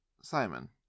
Simon